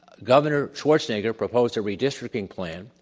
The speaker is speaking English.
governor schwarzenegger proposed a redistricting plan,